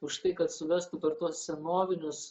už tai kad suvestų per tuos senovinius